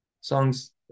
songs